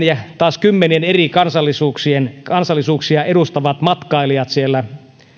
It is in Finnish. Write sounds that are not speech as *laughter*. *unintelligible* ja taas kymmeniä eri kansallisuuksia kansallisuuksia edustavat matkailijat siellä